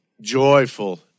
joyful